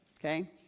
Okay